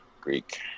Greek